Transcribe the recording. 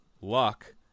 luck